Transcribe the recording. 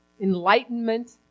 enlightenment